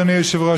אדוני היושב-ראש,